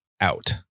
out